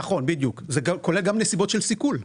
נכון, בדיוק, זה כולל גם נסיבות של סיכול.